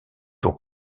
tour